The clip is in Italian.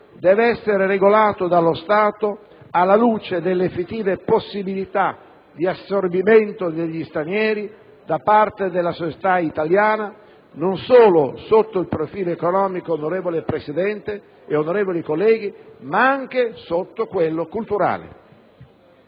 deve essere regolato dallo Stato alla luce delle effettive possibilità di assorbimento degli stranieri da parte della società italiana non solo sotto il profilo economico, onorevole Presidente e onorevoli colleghi, ma anche sotto quello culturale.